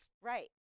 Right